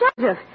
Joseph